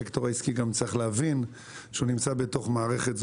הסקטור הישראלי גם צריך להבין שהוא נמצא בתוך מערכת סגורה,